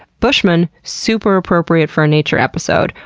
buschman, super appropriate for a nature episode.